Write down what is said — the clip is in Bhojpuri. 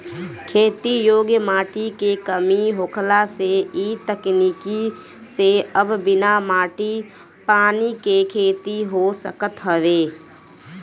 खेती योग्य माटी के कमी होखला से इ तकनीकी से अब बिना माटी पानी के खेती हो सकत हवे